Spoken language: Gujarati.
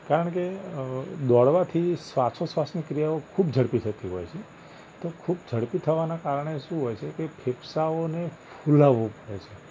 કારણ કે દોડવાથી શ્વાસોશ્વાસની ક્રિયાઓ ખૂબ ઝડપી થતી હોય છે તો ખૂબ ઝડપી થવાનાં કારણ શું હોય છે ફેફ્સાઓને ફૂલાવવું પડે છે